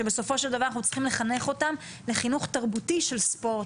שבסופו של דבר אנחנו צריכים לחנך אותם לחינוך תרבותי של ספורט.